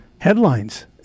headlines